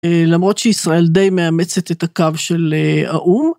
למרות שישראל די מאמצת את הקו של האום.